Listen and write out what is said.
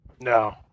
No